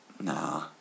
Nah